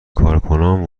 کارکنان